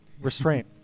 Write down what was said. Restraint